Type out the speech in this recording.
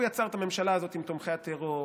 הוא יצר את הממשלה הזאת עם תומכי הטרור,